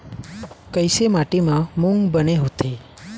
कइसे माटी म मूंग बने होथे?